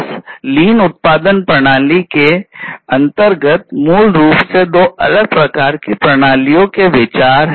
इस लीन उत्पादन प्रणाली के अंतर्गत मूल रूप से दो अलग अलग प्रकार की प्रणालियों के विचार हैं